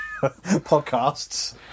Podcasts